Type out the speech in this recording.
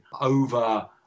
over